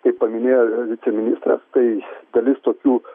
kaip paminėjo viceministras tai dalis tokių